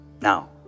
Now